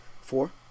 Four